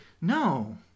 No